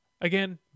again